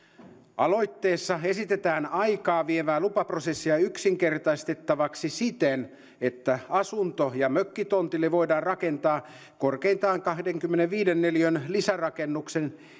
aloitteessa esitetään aikaavievää lupaprosessia yksinkertaistettavaksi siten että asunto ja mökkitontille voidaan rakentaa korkeintaan kahdenkymmenenviiden neliön lisärakennus